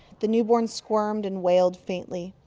the newborn squirmed, and wailed faintly.